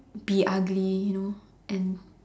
be ugly you know and